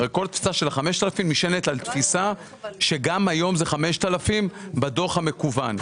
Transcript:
הרי כל תפיסה של ה-5,000 נשענת על תפיסה שגם היום זה 5,000 בדוח המקוון.